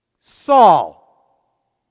Saul